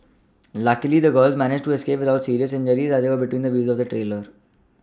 luckily the girls managed to escape without serious injuries as they were between the wheels of the trailer